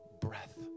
breath